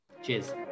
Cheers